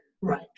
Right